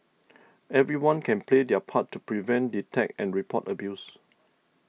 everyone can play their part to prevent detect and report abuse